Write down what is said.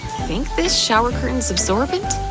think this shower curtain's absorbent?